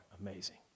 amazing